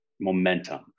momentum